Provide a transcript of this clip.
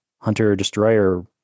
hunter-destroyer